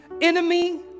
enemy